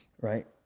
right